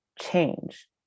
change